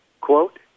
quote